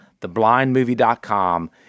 theblindmovie.com